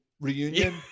Reunion